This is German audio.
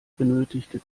benötigte